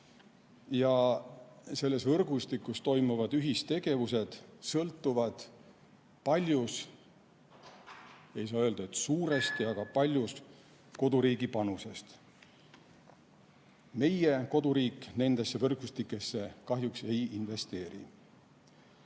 ja selles võrgustikus toimuvad ühistegevused sõltuvad paljus – ei saa öelda, et suuresti, aga paljus – koduriigi panusest. Meie koduriik nendesse võrgustikesse kahjuks ei investeeri.